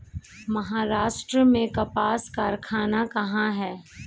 महाराष्ट्र में कपास कारख़ाना कहाँ है?